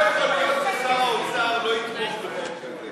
לא יכול להיות ששר לא יתמוך בחוק כזה.